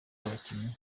abakinnyi